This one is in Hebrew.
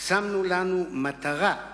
שמנו לנו מטרה,